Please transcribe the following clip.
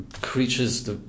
creatures